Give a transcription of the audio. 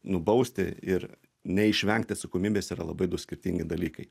nubausti ir neišvengti atsakomybės yra labai du skirtingi dalykai